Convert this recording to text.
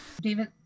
David